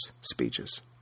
speeches